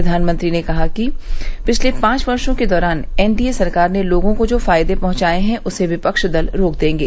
प्रधानमंत्री ने कहा है कि पिछले पांच वर्षो के दौरान एनडीए सरकार ने लोगों को जो फायदे पहुंचाये हैं उसे विपक्षी दल रोक देंगे